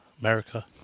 America